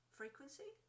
frequency